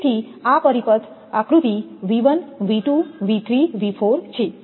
તેથી આ પરિપથ આકૃતિ 𝑣1 𝑣2 𝑣3 𝑣4 છે